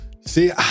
See